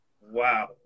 Wow